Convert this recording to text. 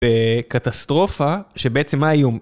בקטסטרופה שבעצם מה האיום?